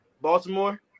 Baltimore